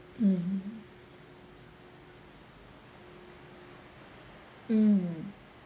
mm mm